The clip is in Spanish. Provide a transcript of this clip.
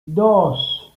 dos